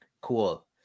Cool